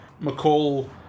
McCall